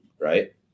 Right